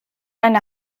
eine